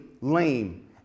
lame